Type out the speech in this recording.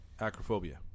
Acrophobia